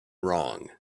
wrong